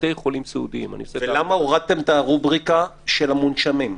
ולמה הורדתם את הרובריקה של המונשמים?